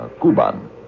Kuban